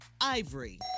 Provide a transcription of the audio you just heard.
Ivory